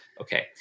okay